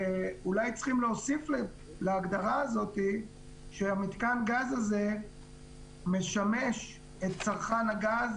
ואולי צריכים להוסיף להגדרה הזאת שמיתקן הגז הזה משמש את צרכן הגז